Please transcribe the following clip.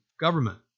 government